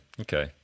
Okay